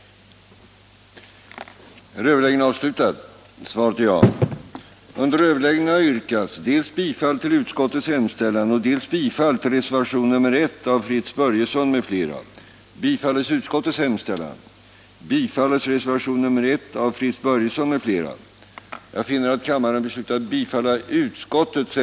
2. som sin mening ge regeringen till känna vad reservanterna anfört rörande ytterligare åtgärder för att underlätta skogsindustrins upplåning.